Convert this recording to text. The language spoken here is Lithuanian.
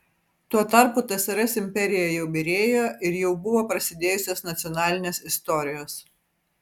tuo tarpu tsrs imperija jau byrėjo ir jau buvo prasidėjusios nacionalinės istorijos